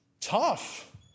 tough